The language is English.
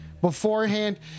beforehand